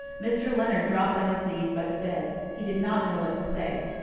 mr. leonard dropped on his knees by the bed. he did not know what to say.